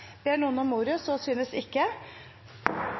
Ber noen om ordet før møtet heves? – Så synes ikke,